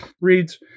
reads